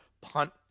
punt